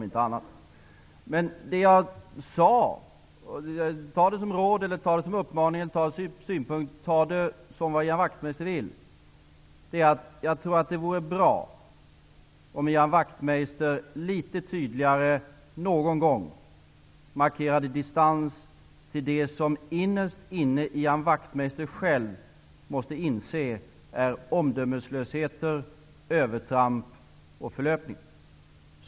Ian Wachtmeister kan ta det som jag sade som ett råd, som en uppmaning, som en synpunkt eller hur han vill. Det jag sade var att jag tror att det vore bra om Ian Wachtmeister någon gång litet tydligare markerade distans till det som Ian Wachtmeister själv innerst inne måste inse är omdömeslösheter, övertramp och förlöpning.